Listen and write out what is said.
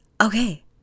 okay